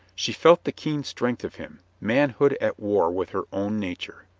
she felt the keen strength of him, manhood at war with her own nature.